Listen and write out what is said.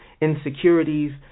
insecurities